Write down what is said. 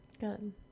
Good